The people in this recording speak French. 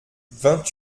vingt